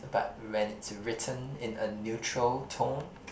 but when it's written in a neutral tone